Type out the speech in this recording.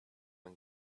and